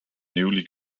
newly